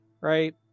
right